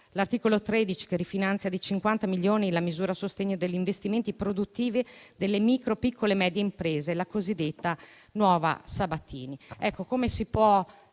l'articolo 13 rifinanzia di 50 milioni la misura a sostegno degli investimenti produttivi delle micro, piccole e medie imprese, la cosiddetta nuova Sabatini.